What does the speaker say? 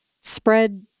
spread